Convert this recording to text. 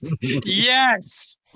Yes